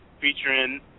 featuring